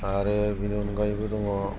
आरो बिनि अनगायैबो दङ